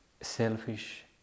selfish